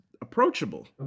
approachable